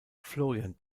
florian